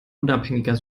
unabhängiger